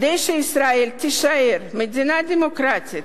כדי שישראל תישאר מדינה דמוקרטית,